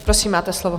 Prosím, máte slovo.